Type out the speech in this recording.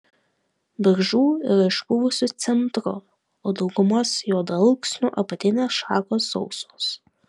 beržų yra išpuvusiu centru o daugumos juodalksnių apatinės šakos sausos